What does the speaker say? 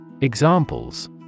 Examples